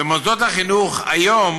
במוסדות החינוך היום